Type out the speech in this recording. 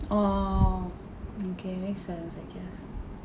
oh okay make sense I guess